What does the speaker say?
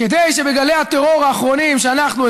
כדי שבגלי הטרור האחרונים שאנחנו,